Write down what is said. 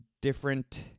different